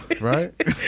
right